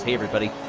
ah everybody.